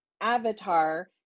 avatar